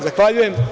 Zahvaljujem.